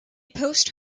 post